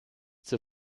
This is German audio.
zur